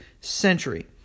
century